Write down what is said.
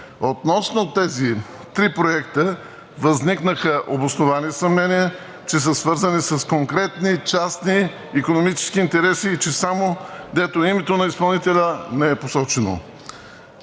Относно тези три проекта възникнаха обосновани съмнения, че са свързани с конкретни частни икономически интереси и че само дето името на изпълнителя не е посочено.